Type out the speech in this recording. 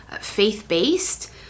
faith-based